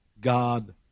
God